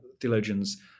theologians